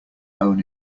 own